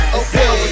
okay